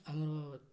ଆମର